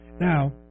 Now